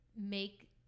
make